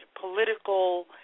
political